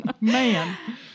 man